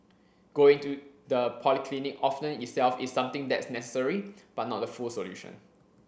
going to the polyclinic often itself is something that's necessary but not the full solution